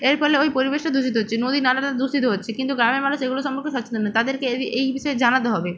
এর ফলে ওই পরিবেশটা দূষিত হচ্ছে নদী নালাটা দূষিত হচ্ছে কিন্তু গ্রামের মানুষ এগুলো সম্পর্কে সচেতন নয় তাদেরকে এই বিষয়ে জানাতে হবে